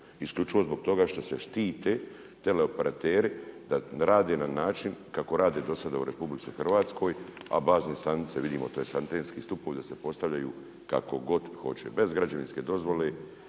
isključivo zbog toga što se štite teleoperateri da rade na način kako rade do sada u RH, a bazne stanice tj. antenski stupovi da se postavljaju kako god hoće, bez građevinske dozvole,